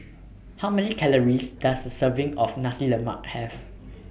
How Many Calories Does A Serving of Nasi Lemak Have